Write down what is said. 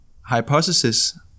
hypothesis